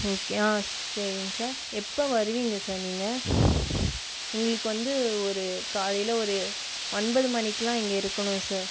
okay ஆ சரிங் sir எப்போ வருவீங்க சார் நீங்கள் எங்களுக்கு வந்து ஒரு காலையில் ஒரு ஒன்பது மணிக்குலாம் இங்கே இருக்கணும் சார்